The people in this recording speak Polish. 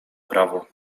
prawo